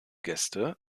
gäste